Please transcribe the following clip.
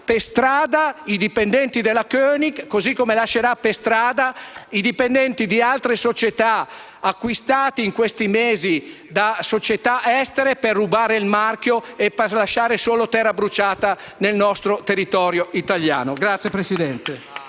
per strada i dipendenti della König, così come lascerà per strada i dipendenti di altre società acquistate in questi mesi da società estere per rubare il marchio e per lasciare solo terra bruciata nel nostro territorio italiano. *(Applausi del